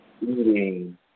eating